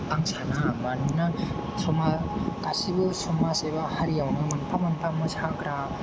आं साना मानोना समाज गासैबो समाज एबा हारियावनो मोनफा मोनफा मोसाग्रा